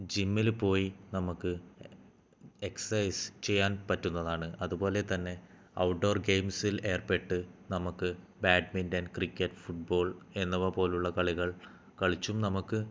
ജിമ്മിൽ പോയി നമുക്ക് എക്സർസൈസ് ചെയ്യാൻ പറ്റുന്നതാണ് അതുപോലെ തന്നെ ഔട്ട് ഡോർ ഗെയിംസിൽ ഏർപ്പെട്ട് നമുക്ക് ബാഡ്മിൻ്റൺ ക്രിക്കറ്റ് ഫുട് ബോൾ എന്നിവ പോലുള്ള കളികൾ കളിച്ചും നമുക്ക്